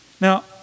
Now